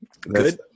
good